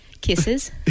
Kisses